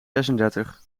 zesendertig